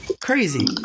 crazy